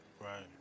right